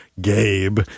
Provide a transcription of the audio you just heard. gabe